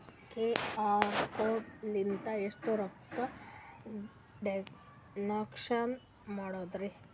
QR code ಲಿಂದ ಎಷ್ಟ ರೊಕ್ಕ ಟ್ರಾನ್ಸ್ಯಾಕ್ಷನ ಮಾಡ್ಬೋದ್ರಿ?